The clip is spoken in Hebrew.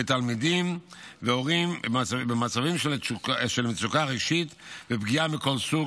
לתלמידים והורים במצבים של מצוקה רגשית ופגיעה מכל סוג,